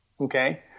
okay